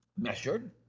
measured